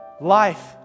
Life